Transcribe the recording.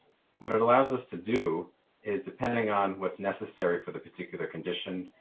what it allows us to do is depending on what's necessary for the particular condition,